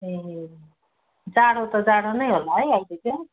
ए जाडो त जाडो नै होला है अहिले चाहिँ